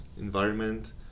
environment